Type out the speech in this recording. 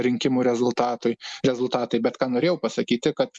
rinkimų rezultatai rezultatai bet ką norėjau pasakyti kad